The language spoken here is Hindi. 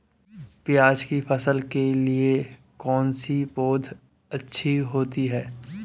प्याज़ की फसल के लिए कौनसी पौद अच्छी होती है?